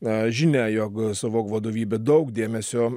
na žinia jog sovok vadovybė daug dėmesio